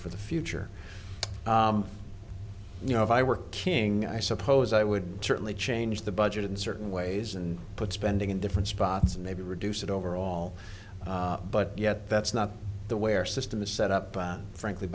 for the future you know if i were king i suppose i would certainly change the budget in certain ways and put spending in different spots and maybe reduce it overall but yet that's not the way our system is set up by frankly